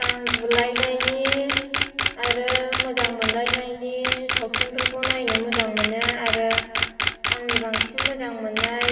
आं बुलायनायनि आरो मोजां मोनलायनायनि सावथुनफोरखौ नायनो मोजां मोनो आरो आंनि बांसिन मोजां मोन्नाय